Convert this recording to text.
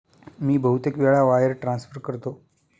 मी बहुतेक वेळा wire transfer करतो